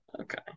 Okay